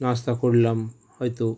নাস্তা করলাম হয়তো